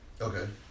Okay